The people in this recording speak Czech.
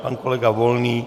Pan kolega Volný?